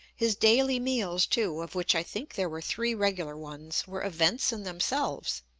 his daily meals, too, of which i think there were three regular ones, were events in themselves,